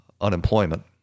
unemployment